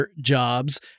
jobs